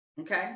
Okay